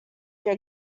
your